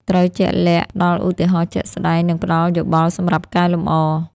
ត្រូវជាក់លាក់ ផ្តល់ឧទាហរណ៍ជាក់ស្តែង និងផ្តល់យោបល់សម្រាប់កែលម្អ។